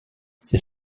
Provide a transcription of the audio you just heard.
ces